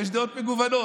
ויש דעות מגוונות.